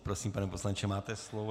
Prosím, pane poslanče, máte slovo.